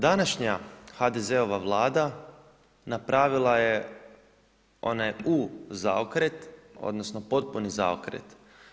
Današnja HDZ-ova Vlada napravila je onaj U zaokret odnosno potpuni zaokret.